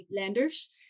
lenders